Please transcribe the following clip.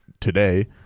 today